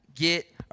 Get